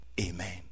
Amen